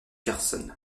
carson